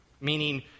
meaning